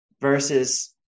versus